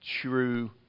true